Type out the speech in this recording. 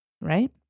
Right